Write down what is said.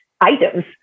items